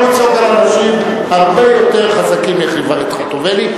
אתה אפילו יכול לצעוק על אנשים הרבה יותר חזקים מגברת חוטובלי,